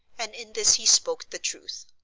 and in this he spoke the truth.